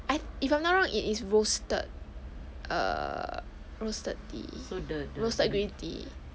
i~ if I'm not wrong it is roasted err roasted tea roasted green tea